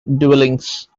dwellings